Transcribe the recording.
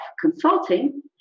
consulting